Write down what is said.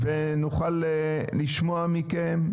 ונוכל לשמוע מכם?